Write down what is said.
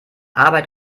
arbeit